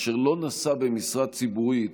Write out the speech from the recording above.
אשר לא נשא במשרה ציבורית